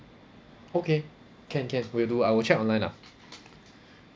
okay can can will do I will check online lah